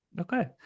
okay